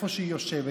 איפה שהיא יושבת,